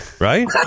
right